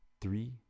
three